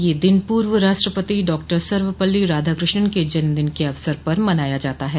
यह दिन पूर्व राष्ट्रपति डॉक्टर सर्वपल्ली राधाकृष्णन के जन्मदिन के अवसर पर मनाया जाता है